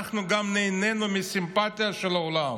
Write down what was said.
אנחנו גם נהנינו מהסימפתיה של העולם.